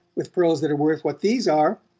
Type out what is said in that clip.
with pearls that are worth what these are.